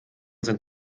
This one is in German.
sind